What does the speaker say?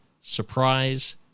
surprise